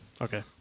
Okay